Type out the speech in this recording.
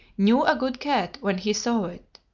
knew a good cat when he saw it.